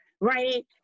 right